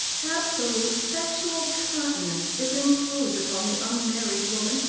absolute sexual continence is imposed upon the unmarried woman,